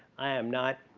i am not.